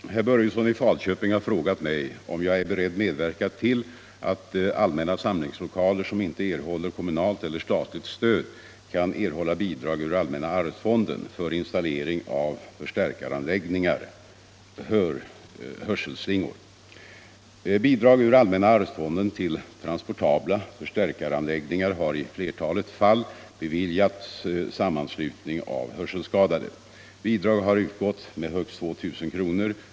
Herr talman! Herr Börjesson i Falköping har frågat mig om jag är beredd medverka till att allmänna samlingslokaler som inte erhåller kommunalt eller statligt stöd kan erhålla bidrag ur allmänna arvsfonden för installering av förstärkaranläggningar . Bidrag ur allmänna arvsfonden till transportabla förstärkaranläggningar har i flertalet fall beviljats sammanslutning av hörselskadade. Bidrag har utgått med högst 2 000 kr.